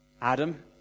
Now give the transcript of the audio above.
Adam